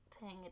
paying